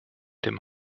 dem